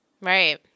right